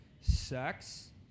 Sex